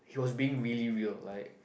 he was being really real like